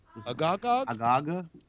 Agaga